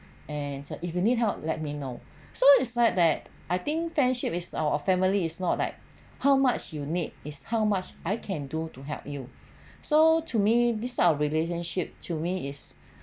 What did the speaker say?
and if you need help let me know so it's like that I think friendship is our family is not like how much you need is how much I can do to help you so to me this type of relationship to me is